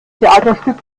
theaterstück